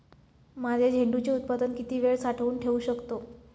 माझे झेंडूचे उत्पादन किती वेळ साठवून ठेवू शकतो?